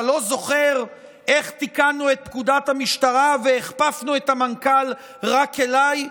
אתה לא זוכר איך תיקנו את פקודת המשטרה והכפפנו את המנכ"ל רק אליי?